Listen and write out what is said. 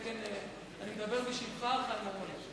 אני מדבר בשמך, חיים אורון.